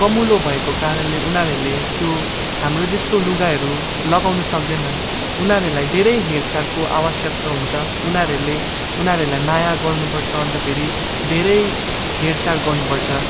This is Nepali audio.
कमलो भएको कारणले उनीहरूले त्यो हाम्रो जस्तो लुगाहरू लगाउनु सक्दैनन् उनीहरूलाई धेरै हेरचारको आवश्यकता हुन्छ उनीहरूले उनीहरूलाई माया गर्नुपर्छ अन्तखेरि धेरै हेरचाह गर्नुपर्छ